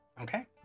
okay